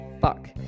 fuck